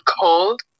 Cold